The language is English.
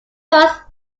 force